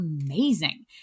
amazing